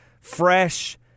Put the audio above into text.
Fresh